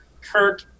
Kirk